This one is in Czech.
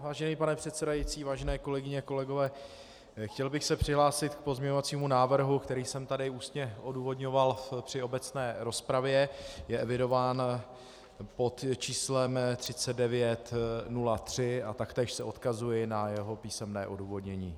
Vážený pane předsedající, vážené kolegyně, kolegové, chtěl bych se přihlásit k pozměňovacímu návrhu, který jsem tady ústně odůvodňoval při obecné rozpravě, je evidován pod číslem 3903, a taktéž se odkazuji na jeho písemné odůvodnění.